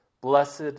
Blessed